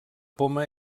poma